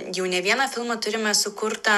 jau ne vieną filmą turime sukurtą